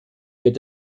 mit